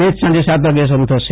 match સાંજે સાત વાગ્યે શરૂ થશે